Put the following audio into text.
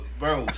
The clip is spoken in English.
bro